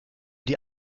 die